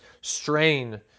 strain